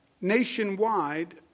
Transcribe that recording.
nationwide